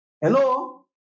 Hello